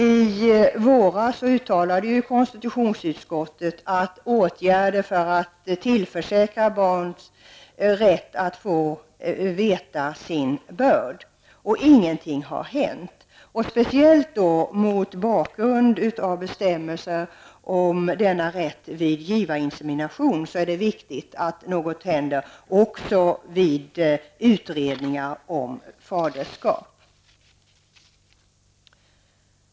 I våras uttalade konstitutionsutskottet att åtgärder skulle vidtas för att tillförsäkra barnen rätt att få veta sin börd. Inget har hänt. Särskilt mot bakgrund av bestämmelsen om denna rätt vid givarinsemination är det viktigt att något händer även när det gäller utredningar om faderskap.